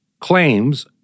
claims